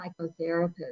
psychotherapist